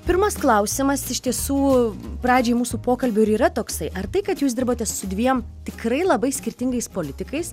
pirmas klausimas iš tiesų pradžiai mūsų pokalbių ir yra toksai ar tai kad jūs dirbote su dviem tikrai labai skirtingais politikais